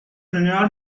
général